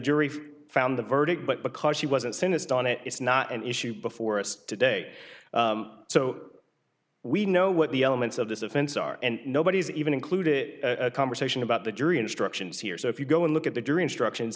jury found the verdict but because she wasn't sinister on it it's not an issue before us today so we know what the elements of this offense are and nobody's even included a conversation about the jury instructions here so if you go and look at the jury instructions